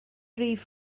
rhif